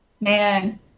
man